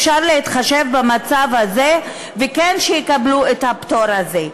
אפשר להתחשב במצב הזה ושכן יקבלו את הפטור הזה.